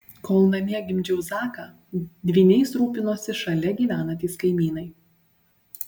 kol namie gimdžiau zaką dvyniais rūpinosi šalia gyvenantys kaimynai